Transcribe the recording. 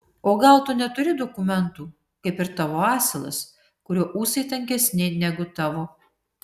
o gal tu neturi dokumentų kaip ir tavo asilas kurio ūsai tankesni negu tavo